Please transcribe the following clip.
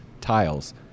tiles